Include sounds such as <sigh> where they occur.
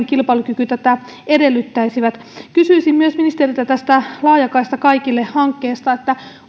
<unintelligible> kilpailukyky tätä edellyttäisivät kysyisin myös ministeriltä laajakaista kaikille hankkeesta